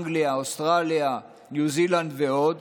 אנגליה, אוסטרליה, ניו זילנד ועוד,